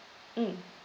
mm